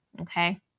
okay